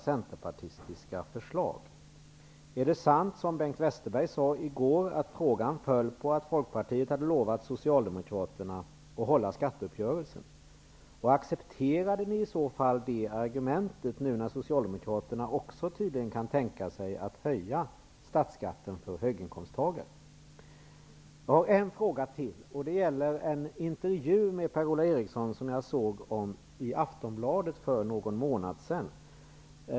Westerberg sade i går, att frågan föll på att Folkpartiet hade lovat Socialdemokraterna att hålla skatteuppgörelsen? Accepterade ni i så fall det argumentet, nu när tydligen också Socialdemokraterna kan tänka sig att höja statsskatten för höginkomsttagare? Jag har en fråga till, och den gäller en intervju med Per-Ola Eriksson i Aftonbladet för någon månad sedan.